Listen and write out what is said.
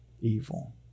evil